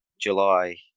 July